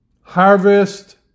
harvest